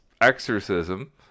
exorcism